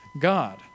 God